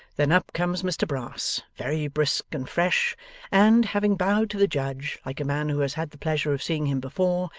then up comes mr brass, very brisk and fresh and, having bowed to the judge, like a man who has had the pleasure of seeing him before,